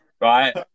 right